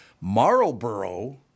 Marlboro